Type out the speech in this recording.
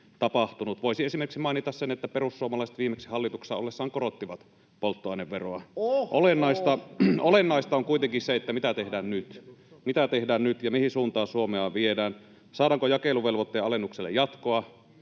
Voisi esimerkiksi mainita sen, että perussuomalaiset viimeksi hallituksessa ollessaan korottivat polttoaineveroa. [Eduskunnasta: Ohhoh!] Olennaista on kuitenkin, mitä tehdään nyt. Mitä tehdään nyt ja mihin suuntaan Suomea viedään, saadaanko jakeluvelvoitteen alennukselle jatkoa,